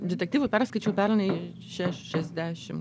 detektyvus perskaičiau pernai šešiasdešimt